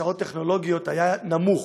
בהכשרות טכנולוגיות היה נמוך,